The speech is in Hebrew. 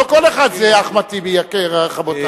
לא כל אחד זה אחמד טיבי, רבותי.